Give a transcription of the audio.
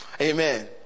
Amen